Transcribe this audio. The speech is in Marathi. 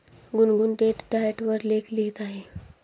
गुनगुन डेट डाएट वर लेख लिहित आहे